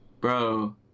Bro